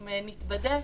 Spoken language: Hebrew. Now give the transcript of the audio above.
אם נתבדה,